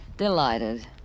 Delighted